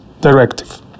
directive